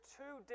two